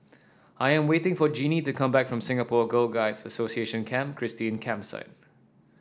I am waiting for Genie to come back from Singapore Girl Guides Association Camp Christine Campsite